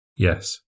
Yes